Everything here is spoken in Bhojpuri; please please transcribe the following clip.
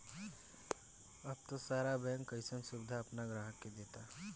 अब त सारा बैंक अइसन सुबिधा आपना ग्राहक के देता